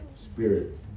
spirit